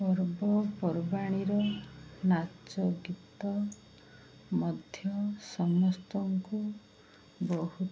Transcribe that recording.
ପର୍ବପର୍ବାଣିର ନାଚ ଗୀତ ମଧ୍ୟ ସମସ୍ତଙ୍କୁ ବହୁତ